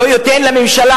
לא ייתן לממשלה.